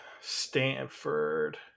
Stanford